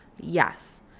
Yes